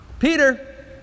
Peter